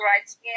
rights